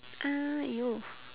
!aiyo!